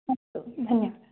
अस्तु धन्यवादः